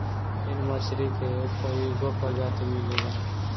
फिन मछरी के कईगो प्रजाति मिलेला